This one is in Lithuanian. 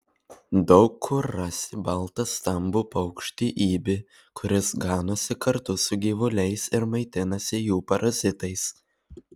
daug kur rasi baltą stambų paukštį ibį kuris ganosi kartu su gyvuliais ir maitinasi jų parazitais